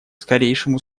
скорейшему